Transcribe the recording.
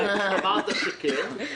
אמרת שכן.